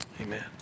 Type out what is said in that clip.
Amen